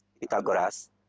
Pythagoras